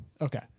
Okay